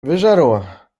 wyżarła